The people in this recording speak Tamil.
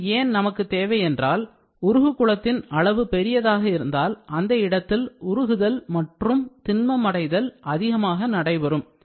இது ஏன் நமக்கு தேவை என்றால் உருகு குளத்தின் அளவு பெரியதாக இருந்தால் அந்த இடத்தில் அதிகமாக உருகுதல் மற்றும் திண்ம்ம் அடைதல் அதிகமாக நடைபெறும்